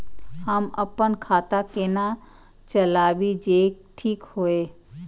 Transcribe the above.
हम अपन खाता केना चलाबी जे ठीक होय?